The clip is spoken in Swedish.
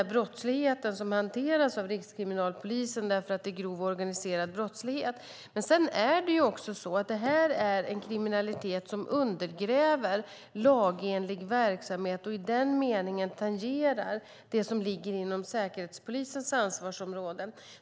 Brottsligheten hanteras av Rikskriminalpolisen eftersom det är grov organiserad brottslighet, men det är också en kriminalitet som undergräver lagenlig verksamhet och i den meningen tangerar det som ligger inom Säkerhetspolisens ansvarsområde.